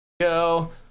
go